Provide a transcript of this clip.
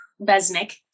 Besnik